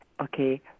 okay